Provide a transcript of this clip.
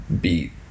beat